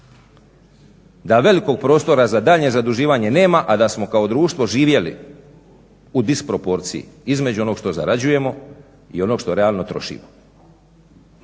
da velikog prostora za daljnje zaduživanje nema, a da smo kao društvo živjeli u disproporciji između onog što zarađujemo i onog što realno trošimo.